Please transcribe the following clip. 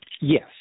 Yes